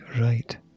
right